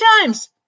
times